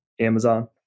Amazon